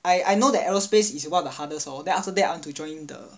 I I know that aerospace is one of the hardest lor then after that I want to join the